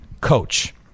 coach